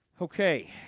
Okay